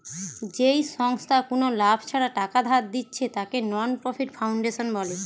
যেই সংস্থা কুনো লাভ ছাড়া টাকা ধার দিচ্ছে তাকে নন প্রফিট ফাউন্ডেশন বলে